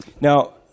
Now